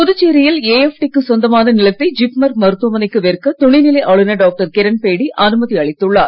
புதுச்சேரியில் ஏஎப்டிக்கு சொந்தமான நிலத்தை ஜிப்மர் மருத்துவமனைக்கு விற்க துணைநிலை ஆளுநர் டாக்டர் கிரண்பேடி அனுமதி அளித்துள்ளார்